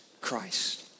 Christ